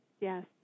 Yes